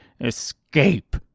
escape